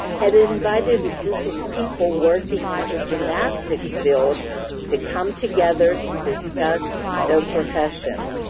had invited a group of people working in the gymnastics field to come together to discuss the profession.